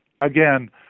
again